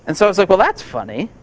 and so i was like, well that's funny.